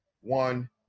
one